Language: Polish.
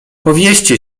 powieście